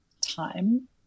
time